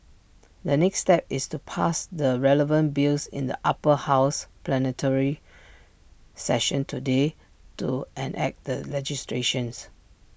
the next step is to pass the relevant bills in the Upper House plenary session today to enact the legislation